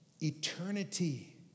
Eternity